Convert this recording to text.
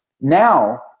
now